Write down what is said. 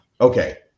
Okay